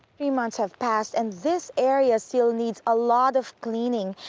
three months have passed and this area still needs a lot of cleaning.